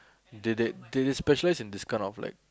did they did they specialize in this kind of like